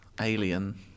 Alien